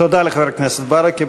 תודה לחבר הכנסת ברכה.